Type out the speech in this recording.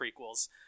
prequels